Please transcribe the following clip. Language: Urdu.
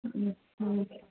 ہ